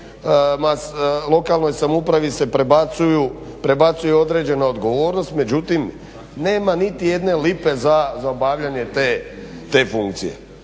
Lokalnoj samoupravi se prebacuju određene odgovornosti, međutim nema niti jedne lipe za obavljanje te funkcije.